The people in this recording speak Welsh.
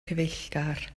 cyfeillgar